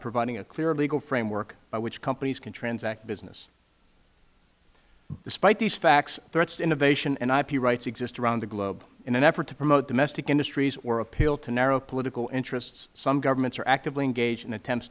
providing a clear legal framework by which companies can transact business despite these facts threats to innovation and ip rights exist around the globe in an effort to promote domestic industries or appeal to narrow political interests some governments are actively engaged in attempts